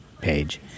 page